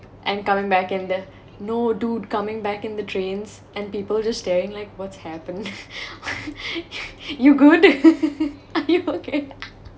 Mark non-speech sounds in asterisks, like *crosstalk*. and coming back in the no dude coming back in the trains and people just staring like what's happened *laughs* you good *laughs* are you okay